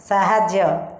ସାହାଯ୍ୟ